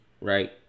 right